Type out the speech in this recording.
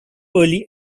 early